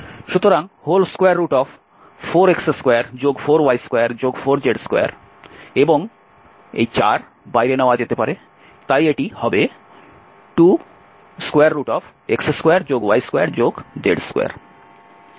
সুতরাং 4x24y24z2 এবং এই 4 বাইরে নেওয়া যেতে পারে তাই এটি 2x2y2z2